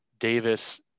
Davis